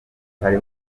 batari